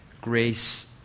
grace